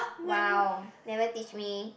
!wow! never teach me